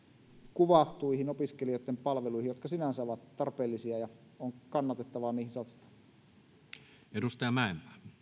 kuvattuihin opiskelijoitten palveluihin jotka sinänsä ovat tarpeellisia ja on kannatettavaa niihin satsata